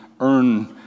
earn